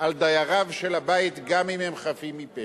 על דייריו של הבית, גם אם הם חפים מפשע.